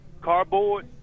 cardboard